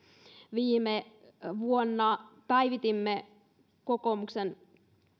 viime vuonna päivitimme kokoomuksen